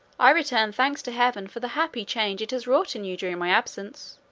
i return thanks to heaven for the happy change it has wrought in you during my absence.